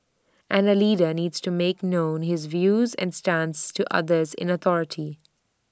and A leader needs to make known his views and stance to others in authority